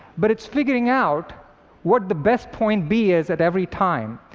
but it's figuring out what the best point b is at every time.